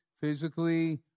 physically